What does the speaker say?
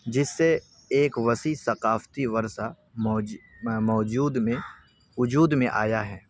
جس سے ایک وسیع ثقافتی ورثہ موج موجود میں وجود میں آیا ہے